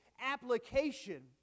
application